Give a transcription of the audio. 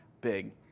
big